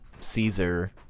Caesar